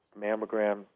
mammogram